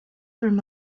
through